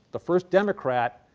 the first democrat,